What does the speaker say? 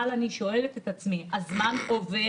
אבל אני שואלת את עצמי, הזמן עובר,